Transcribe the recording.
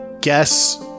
guess